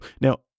Now